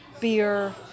beer